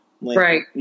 Right